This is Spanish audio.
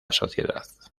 sociedad